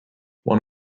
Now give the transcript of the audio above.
one